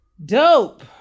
Dope